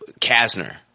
Kasner